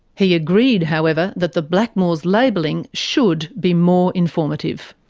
he agreed however that the blackmores labelling should be more informative.